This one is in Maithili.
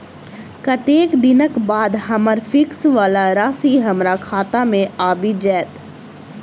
कत्तेक दिनक बाद हम्मर फिक्स वला राशि हमरा खाता मे आबि जैत?